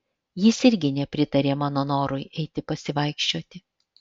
jis irgi nepritarė mano norui eiti pasivaikščioti